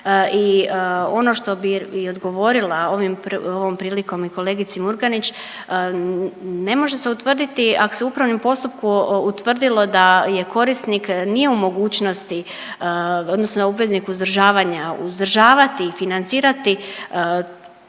i ono što bi i odgovorila ovom prilikom i kolegici Murganić, ne može se utvrditi ako se upravnim postupkom utvrdilo da korisnik nije u mogućnosti odnosno obveznik uzdržavanja uzdržavati i financirati sadašnjeg